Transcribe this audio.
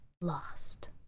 lost